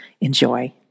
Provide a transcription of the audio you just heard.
Enjoy